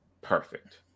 perfect